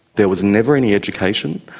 there was never any education.